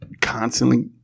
constantly